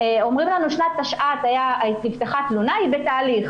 אומרים לנו שבשנת תשע"ט נפתחה תלונה והיא בתהליך.